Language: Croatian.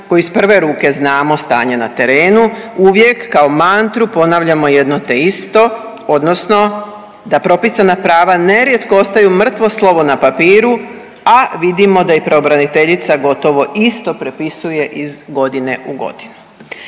koji iz prve ruke znamo stanje na terenu uvijek kao mantru ponavljamo jedno te isto odnosno da propisana prava nerijetko ostaju mrtvo slovo na papiru, a vidimo da i pravobraniteljica gotovo isto prepisuje iz godine u godinu.